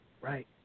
right